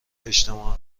اجتماع